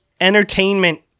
entertainment